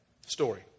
Story